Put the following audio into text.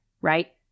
Right